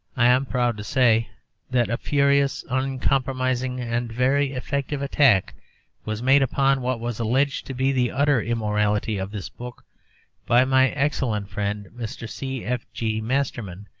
i am proud to say that a furious, uncompromising, and very effective attack was made upon what was alleged to be the utter immorality of this book by my excellent friend mr. c f g. masterman,